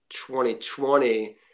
2020